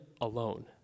alone